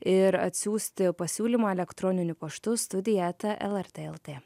ir atsiųsti pasiūlymą elektroniniu paštu studija eta lrt lt